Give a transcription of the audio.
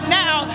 now